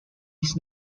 his